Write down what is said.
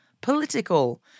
political